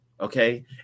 Okay